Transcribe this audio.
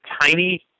tiny